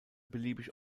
beliebig